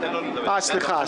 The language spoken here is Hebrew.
סליחה.